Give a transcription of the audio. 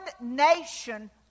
nation